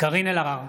קארין אלהרר,